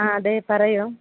ആ അതെ പറയൂ